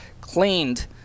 cleaned